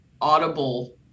audible